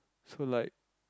so like